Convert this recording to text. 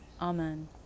Amen